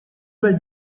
were